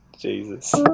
Jesus